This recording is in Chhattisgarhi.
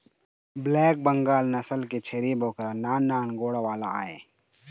ब्लैक बंगाल नसल के छेरी बोकरा नान नान गोड़ वाला आय